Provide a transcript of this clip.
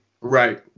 Right